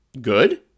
Good